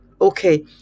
Okay